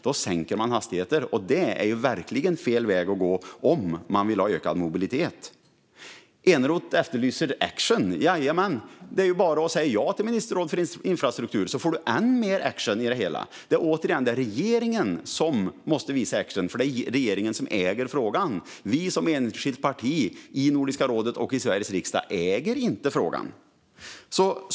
Då sänker man alltså hastigheter, och det är verkligen fel väg att gå om man vill ha ökad mobilitet. Eneroth efterlyser action. Jajamän, det är bara att säga ja till ett ministerråd för infrastruktur så får du ännu mer action i det hela! Det är återigen regeringen som måste visa action, för det är regeringen som äger frågan. Vi som enskilt parti i Nordiska rådet och i Sveriges riksdag äger inte frågan.